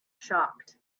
shocked